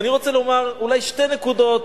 ואני רוצה לומר אולי שתי נקודות,